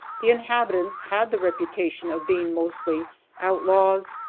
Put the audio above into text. the inhabitants had the reputation of being mostly outlaws,